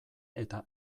eta